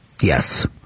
Yes